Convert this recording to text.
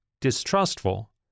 distrustful